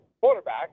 quarterback